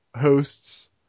hosts